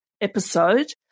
episode